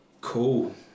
cool